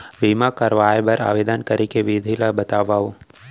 बीमा करवाय बर आवेदन करे के विधि ल बतावव?